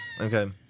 Okay